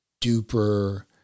duper